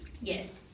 Yes